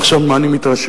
עכשיו, מה אני מתרשם?